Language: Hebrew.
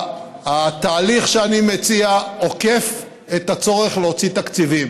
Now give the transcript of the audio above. התהליך שאני מציע עוקף את הצורך להוציא תקציבים.